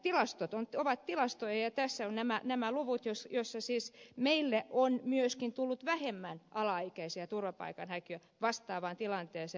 tilastot ovat tilastoja ja tässä ovat nämä luvut joissa siis meille on myöskin tullut vähemmän alaikäisiä turvapaikanhakijoita vastaavaan tilanteeseen